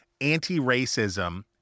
anti-racism